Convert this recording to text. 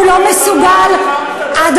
הוא לא מסוגל, במכללה המדינה משתתפת.